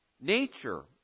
nature